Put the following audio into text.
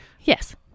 Yes